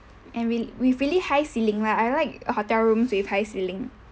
and real~ with really high ceiling lah I like hotel rooms with high ceiling